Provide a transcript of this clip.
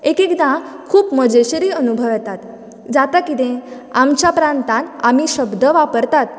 एक एकदां खूब मजेशीरय अनुभव येतात जाता कितें आमच्या प्रांतात आमी शब्द वापरतात